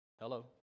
Hello